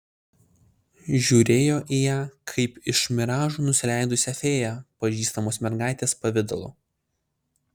žiūrėjo į ją kaip iš miražų nusileidusią fėją pažįstamos mergaitės pavidalu